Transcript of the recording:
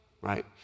right